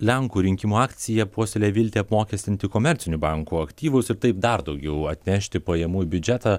lenkų rinkimų akcija puoselėja viltį apmokestinti komercinių bankų aktyvus ir taip dar daugiau atnešti pajamų į biudžetą